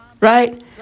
right